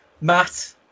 Matt